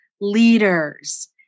leaders